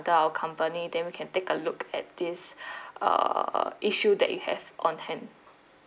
under our company then we can take a look at this uh issue that you have on hand